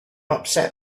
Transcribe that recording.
upset